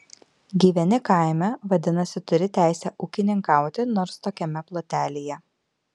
gyveni kaime vadinasi turi teisę ūkininkauti nors tokiame plotelyje